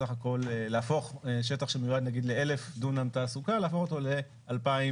בסך הכל להפוך 1,000 מ' לתעסוקה להפוך אותו ל-2,000